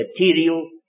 material